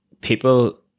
people